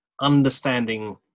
understanding